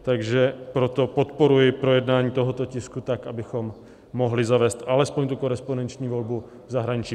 Takže proto podporuji projednání tohoto tisku tak, abychom mohli zavést alespoň korespondenční volbu v zahraničí.